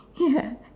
yeah